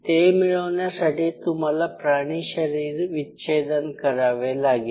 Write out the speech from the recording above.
ते मिळवण्यासाठी तुम्हाला प्राणी शरीर विच्छेदन करावे लागेल